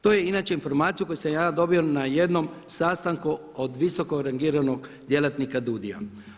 To je inače informacija koju sam ja dobio na jednom sastanku od visokorangiranog djelatnika DUUDI-a.